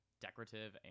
decorative